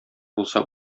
булса